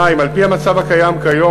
2. על-פי המצב הקיים כיום,